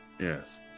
Yes